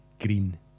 green